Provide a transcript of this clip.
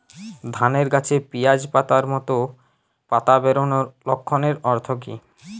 ধানের গাছে পিয়াজ পাতার মতো পাতা বেরোনোর লক্ষণের অর্থ কী?